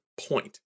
point